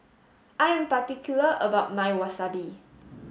I am particular about my Wasabi